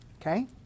okay